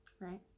right